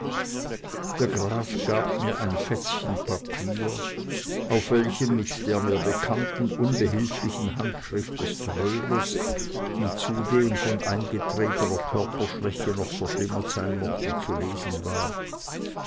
der graf gab mir ein fetzchen papier auf welchem mit der mir bekannten unbehilflichen handschrift des trödlers die zudem von eingetretener körperschwäche noch verschlimmert sein mochte zu lesen du